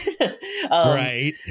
right